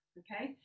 okay